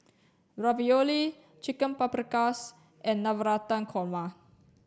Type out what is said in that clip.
Ravioli Chicken Paprikas and Navratan Korma